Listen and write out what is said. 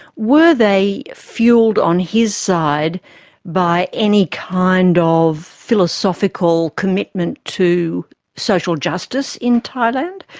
were they fuelled on his side by any kind ah of philosophical commitment to social justice in thailand?